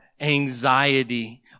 anxiety